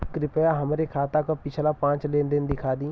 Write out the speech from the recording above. कृपया हमरे खाता क पिछला पांच लेन देन दिखा दी